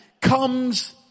comes